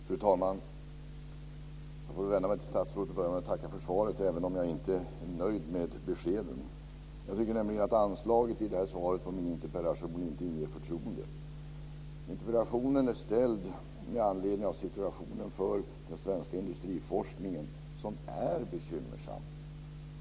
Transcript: Fru talman! Jag får väl vända mig till statsrådet och börja med att tacka för svaret, även om jag inte är nöjd med beskeden. Jag tycker nämligen att anslaget i svaret på min interpellation inte inger förtroende. Interpellationen är ställd med anledning av situationen för den svenska industriforskningen som är bekymmersam.